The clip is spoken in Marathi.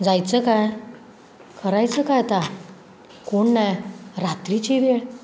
जायचं काय करायचं काय आता कोण नाही रात्रीची वेळ